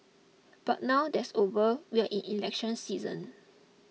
but now that's over we are in election season